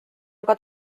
aga